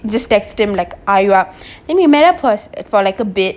just texted him like I you up then we met up first for like a bit